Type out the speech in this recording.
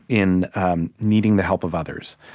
in needing the help of others,